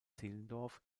zehlendorf